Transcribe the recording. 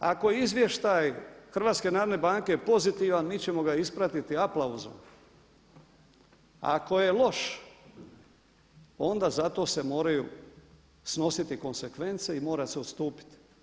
Ako je izvještaj HNB-a pozitivan mi ćemo ga ispratiti aplauzom, ako je loš onda zato se moraju snositi konsekvence i mora se odstupiti.